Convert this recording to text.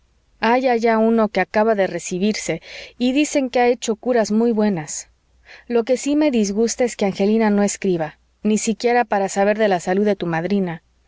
pluviosilla hay allá uno que acaba de recibirse y dicen que ha hecho curas muy buenas lo que sí me disgusta es que angelina no escriba ni siquiera para saber de la salud de tu madrina